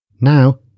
Now